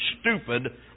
stupid